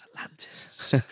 Atlantis